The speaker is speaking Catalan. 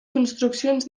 construccions